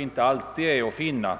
inte alltid går att upprätthålla.